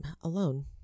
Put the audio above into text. alone